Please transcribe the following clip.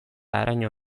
haraino